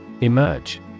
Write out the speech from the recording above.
Emerge